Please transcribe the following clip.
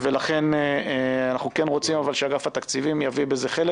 לכן אנחנו כן רוצים שאגף התקציבים יביא בזה חלק